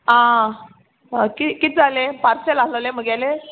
आं कित कित जालें पार्सल आसलेलें मुगेलें